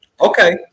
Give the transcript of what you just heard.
okay